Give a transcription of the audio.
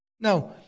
Now